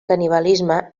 canibalisme